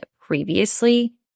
previously